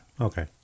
Okay